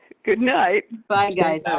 good night. bye guys.